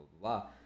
blah